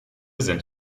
sind